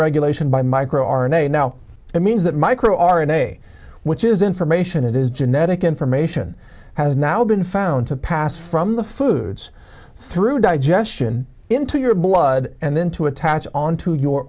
regulation by micro r n a now that means that micro r n a which is information it is genetic information has now been found to pass from the foods through digestion into your blood and then to attach onto your